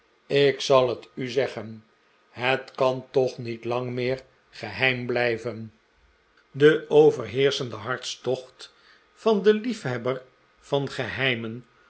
ik zal het u zeggen het kan toch niet lang meer geheim blijven de overheerschende hartstocht van den liefhebber van geheimen